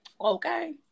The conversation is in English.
Okay